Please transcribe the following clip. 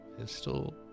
pistol